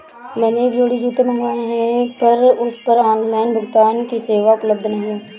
मैंने एक जोड़ी जूते मँगवाये हैं पर उस पर ऑनलाइन भुगतान की सेवा उपलब्ध नहीं है